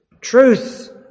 Truth